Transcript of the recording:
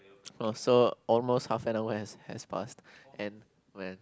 oh so almost half an hour has has passed and when